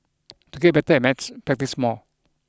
to get better at maths practise more